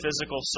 physical